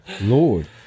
Lord